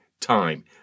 time